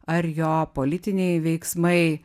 ar jo politiniai veiksmai